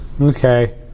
okay